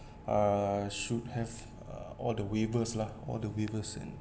uh should have uh all the waivers lah all the waivers in